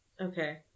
Okay